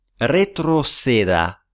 Retroceda